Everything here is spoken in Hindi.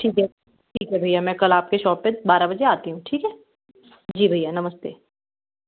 ठीक है ठीक है भैया मैं कल आपके शॉप पे बारह बजे आती हूँ ठीक है जी भैया नमस्ते